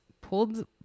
pulled